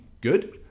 good